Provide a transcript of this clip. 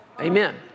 Amen